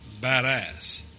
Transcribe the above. badass